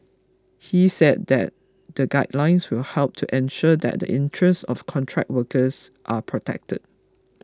he said that the guidelines will help to ensure that the interests of contract workers are protected